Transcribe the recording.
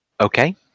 Okay